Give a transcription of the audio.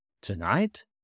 Tonight